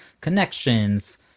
connections